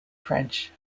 french